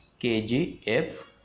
kgf